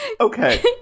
Okay